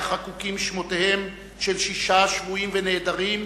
שעליה חקוקים שמותיהם של שישה שבויים ונעדרים,